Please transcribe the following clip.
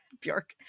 bjork